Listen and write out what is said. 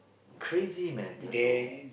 crazy man tell you